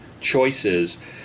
choices